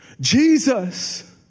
Jesus